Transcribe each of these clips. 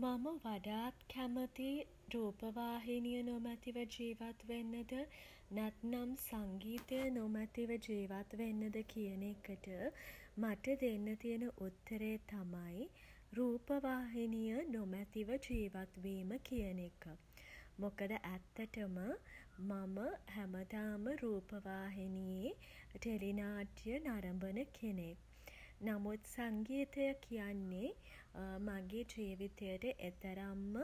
මම වඩාත් කැමති රූපවාහිනිය නොමැතිව ජීවත් වෙන්නද නැත්නම් සංගීතය නොමැතිව ජීවත් වෙන්නද කියන එකට මට දෙන්න තියෙන උත්තරේ තමයි රූපවාහිනිය නොමැතිව ජීවත්වීම කියන එක. මොකද ඇත්තටම මම හැමදාම රූපවාහිනියේ ටෙලි නාට්‍ය නරඹන කෙනෙක්. නමුත් සංගීතය කියන්නේ මගෙ ජීවිතයට එතරම්ම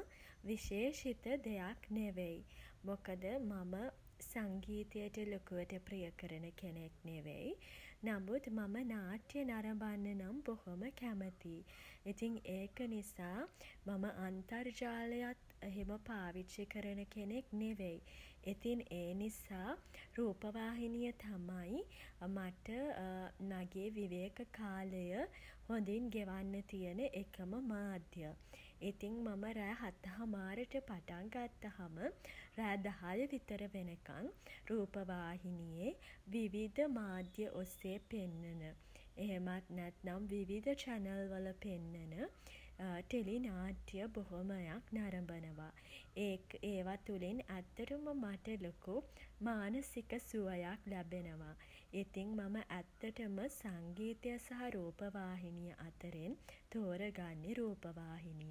විශේෂිත දෙයක් නෙවෙයි. මොකද මම සංගීතයට ලොකුවට ප්‍රිය කරන කෙනෙක් නෙවෙයි. නමුත් මම නාට්‍ය නරඹන්න නම් බොහොම කැමතියි. ඉතින් ඒක නිසා මම අන්තර්ජාලයත් එහෙම පාවිච්චි කරන කෙනෙක් නෙවෙයි. ඉතින් ඒ නිසා රූපවාහිනිය තමයි මට මගේ විවේක කාලය හොඳින් ගෙවන්න තියෙන එකම මාධ්‍යය. ඉතින් මම රෑ හත හමාරට පටන් ගත්තහම රෑ දහය විතර වෙනකන් රූපවාහිනියේ විවිධ මාධ්‍ය ඔස්සේ පෙන්වන එහෙමත් නැත්නම් විවිධ චැනල්වල පෙන්නන ටෙලි නාට්ය බොහොමයක් නරඹනවා. ඒ ඒවා තුළින් ඇත්තටම මට ලොකු මානසික සුවයක් ලැබෙනවා. ඉතින් මම ඇත්තටම සංගීතය සහ රූපවාහිනිය අතරින් තෝරා ගන්නේ රූපවාහිනිය.